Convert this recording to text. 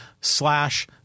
slash